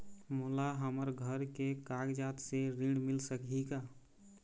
मोला हमर घर के कागजात से ऋण मिल सकही का?